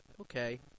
Okay